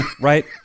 Right